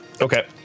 Okay